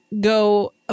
Go